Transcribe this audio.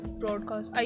broadcast